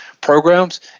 programs